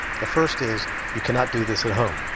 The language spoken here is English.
the first is you cannot do this at home,